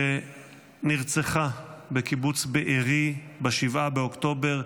שנרצחה בקיבוץ בארי ב-7 באוקטובר,